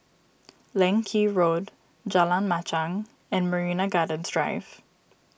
Leng Kee Road Jalan Machang and Marina Gardens Drive